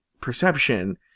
perception